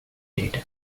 data